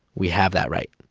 we have that right.